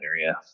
area